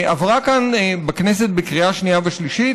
עברה כאן בכנסת בקריאה השנייה והשלישית